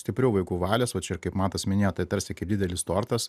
stiprių vaikų valios va čia ir kaip matas minėjo tarsi didelis tortas